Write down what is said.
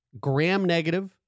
gram-negative